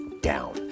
down